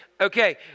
Okay